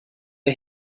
der